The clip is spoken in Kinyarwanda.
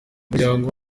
umuryango